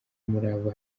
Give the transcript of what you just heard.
umurava